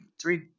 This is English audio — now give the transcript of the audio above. three